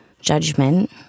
judgment